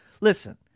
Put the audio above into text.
listen